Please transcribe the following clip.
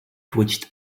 twitched